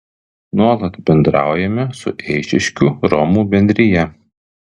nuolat bendraujame su eišiškių romų bendrija